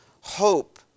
hope